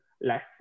less